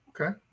okay